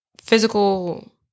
physical